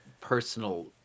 personal